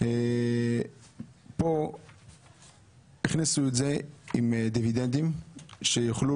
פה הכניסו את זה עם דיבידנדים שיוכלו